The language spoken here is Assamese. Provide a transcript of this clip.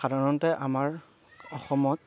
সাধাৰণতে আমাৰ অসমত